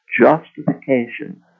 justification